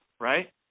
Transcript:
right